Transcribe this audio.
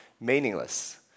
meaningless